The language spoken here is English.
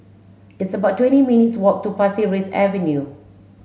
it's about twenty minutes' walk to Pasir Ris Avenue